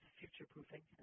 future-proofing